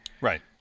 Right